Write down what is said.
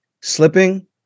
slipping